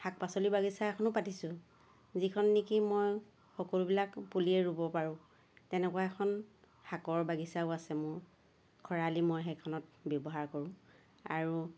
শাক পাচলি বাগিছা এখনো পাতিছোঁ যিখন নেকি মই সকলোবিলাক পুলিয়েই ৰুব পাৰোঁ তেনেকুৱা এখন শাকৰ বাগিছাও আছে মোৰ খৰালি মই সেইখনত ব্যৱহাৰ কৰোঁ আৰু